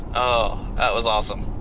oh that was awesome.